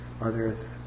others